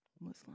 Muslim